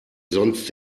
sonst